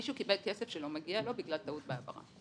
מישהו קיבל כסף שלא מגיע לו בגלל טעות בהעברה.